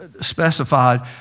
specified